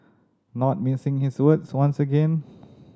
not mincing his words once again